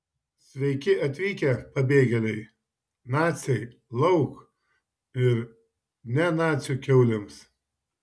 sveiki atvykę pabėgėliai naciai lauk ir ne nacių kiaulėms